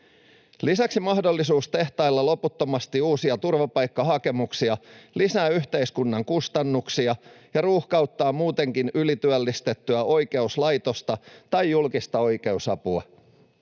Lisäksi mahdollisuus tehtailla loputtomasti uusia turvapaikkahakemuksia lisää yhteiskunnan kustannuksia ja ruuhkauttaa muutenkin ylityöllistettyä oikeuslaitosta tai julkista oikeusapua.